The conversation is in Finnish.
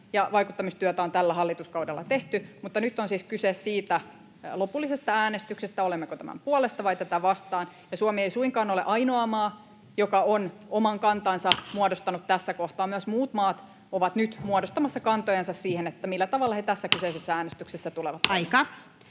vaikuttamistyötä on tällä hallituskaudella tehty. Mutta nyt on siis kyse lopullisesta äänestyksestä siitä, olemmeko tämän puolesta vai tätä vastaan. Ja Suomi ei suinkaan ole ainoa maa, joka on oman kantansa muodostanut tässä kohtaa. Myös muut maat ovat nyt muodostamassa kantojansa siihen, millä tavalla ne tässä kyseisessä äänestyksessä tulevat